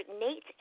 Nate